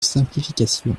simplification